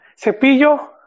cepillo